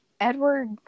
Edward